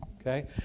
okay